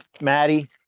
Maddie